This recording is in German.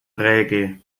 träge